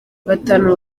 batanu